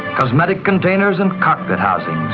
cosmetic containers and cockpit housings,